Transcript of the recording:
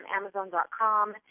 Amazon.com